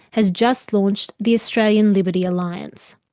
has just launched the australian liberty alliance.